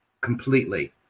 completely